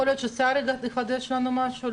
יכול להיות שהשר יחדש לנו משהו?